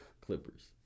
Clippers